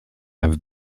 have